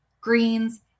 greens